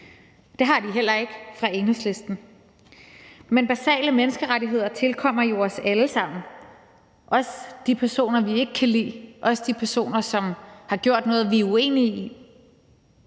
det får de heller ikke fra Enhedslisten. Men basale menneskerettigheder tilkommer jo os alle sammen, også de personer, vi ikke kan lide, også de personer, som har gjort noget, vi er uenige i.